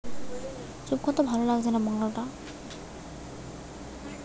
ভারতে সবচাইতে নু বেশি চালু ও ব্যাবসায়ী ভাবি বিক্রি হওয়া গুড় আখ নু তৈরি হয়